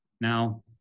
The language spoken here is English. Now